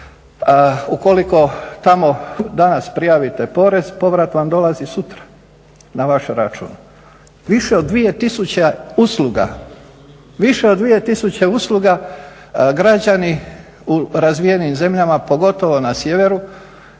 Ukoliko tamo danas prijavite porez povrat vam dolazi sutra na vaš račun. Više od 2 tisuće usluga građani u razvijenim zemljama, pogotovo na sjeveru,